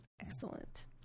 excellent